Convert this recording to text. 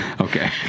Okay